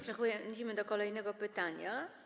Przechodzimy do kolejnego pytania.